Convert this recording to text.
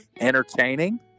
entertaining